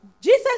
Jesus